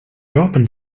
opened